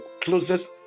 closest